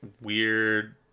weird